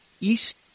east